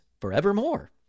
forevermore